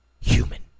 human